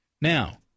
Now